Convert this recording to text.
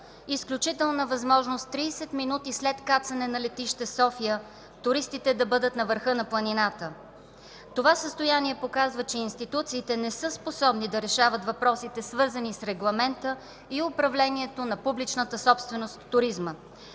изключителна възможност 30 минути след кацане на летище София туристите да бъдат на върха на планината. Това състояние показва, че институциите не са способни да решават въпросите, свързани с регламента и управлението на публичната собственост в туризма.